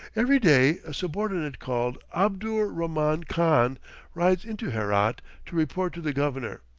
every day a subordinate called abdur rahman khan rides into herat to report to the governor,